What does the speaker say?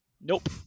Nope